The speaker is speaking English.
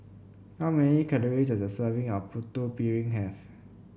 how many calories does a serving of Putu Piring have